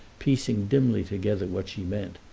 piecing dimly together what she meant,